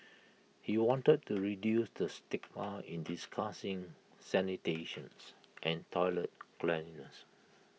he wanted to reduce the stigma in discussing sanitations and toilet cleanliness